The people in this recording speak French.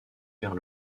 perd